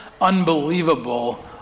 unbelievable